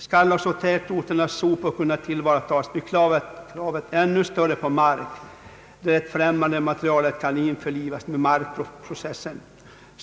Skall också tätorternas sopor kunna tas tillvara blir kravet ännu större på mark, där det främmande materialet kan införlivas med markprocesserna.